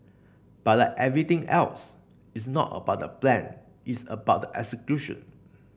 but like everything else it's not about the plan it's about the execution